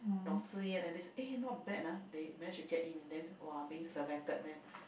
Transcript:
Dong-Zi-Yan at least eh not bad lah they managed to get in and then !wah! being selected and then